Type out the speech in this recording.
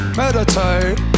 meditate